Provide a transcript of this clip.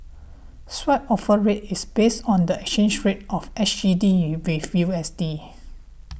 Swap Offer Rate is based on the exchange rate of S G D U with U S D